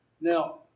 now